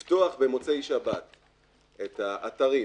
אבל לפתוח במוצאי שבת את האתרים